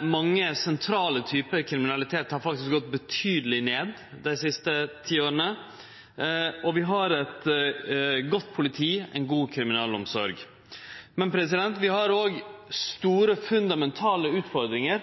Mange sentrale typar kriminalitet har gått betydeleg ned dei siste tiåra. Og vi har eit godt politi og ei god kriminalomsorg. Men vi har òg store, fundamentale utfordringar